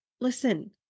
listen